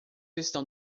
estão